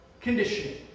conditioning